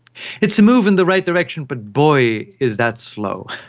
it's a move in the right direction but, boy, is that slow.